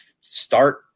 start